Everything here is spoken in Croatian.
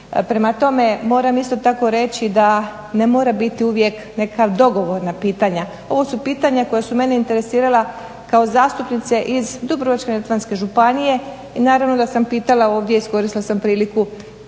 Prema tome, moram isto tako reći da ne mora biti uvijek nekakva dogovorna pitanja. Ovo su pitanja koja su mene interesirala kao zastupnice iz Dubrovačko-neretvanske županije i naravno da sam pitala i iskoristila sam priliku